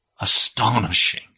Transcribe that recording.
astonishing